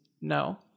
no